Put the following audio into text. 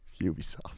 Ubisoft